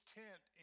tent